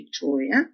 Victoria